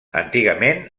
antigament